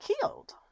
killed